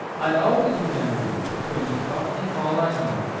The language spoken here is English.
i always remember you, for you taught me all i know.